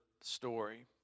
story